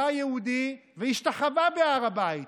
בא יהודי והשתחווה בהר הבית,